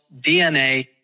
DNA